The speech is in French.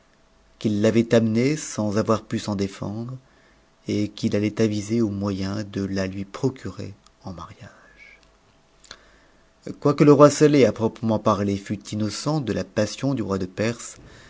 qu'it l'avait amené sans avoir pu s'en défendre et allait aviser aux moyens de la lui procurer en mariage quoique le roi sateh à proprement parler fût innocent de la passion t roi de perse